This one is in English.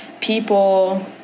people